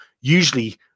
usually